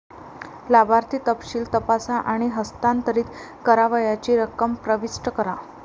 लाभार्थी तपशील तपासा आणि हस्तांतरित करावयाची रक्कम प्रविष्ट करा